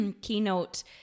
keynote